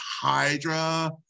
Hydra